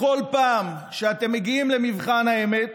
בכל פעם שאתם מגיעים למבחן האמת